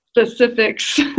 specifics